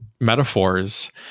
metaphors